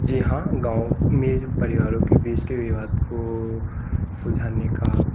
जी हाँ गाँव में परिवारों के बीच के विवाद को सुलझाने का